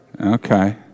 Okay